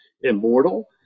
immortal